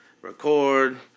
record